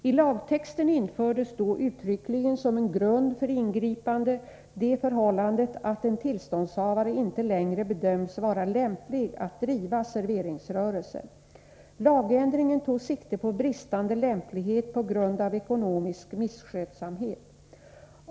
I lagtexten infördes då uttryckligen som en grund för ingripande det förhållandet att en tillståndshavare inte längre bedöms vara lämplig att driva serveringsrörelse. Lagändringen tog sikte på bristande lämplighet på grund av ekonomisk misskötsamhet.